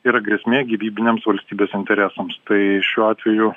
yra grėsmė gyvybiniams valstybės interesams tai šiuo atveju